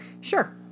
Sure